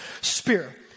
Spirit